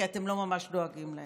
כי אתם לא ממש דואגים להם.